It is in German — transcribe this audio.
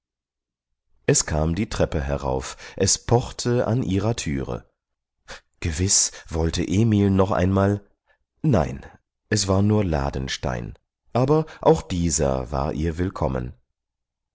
es kam die treppe herauf es pochte an ihrer türe gewiß wollte emil noch einmal nein es war nur ladenstein aber auch dieser war ihr willkommen